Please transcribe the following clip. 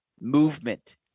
movement